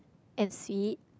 is it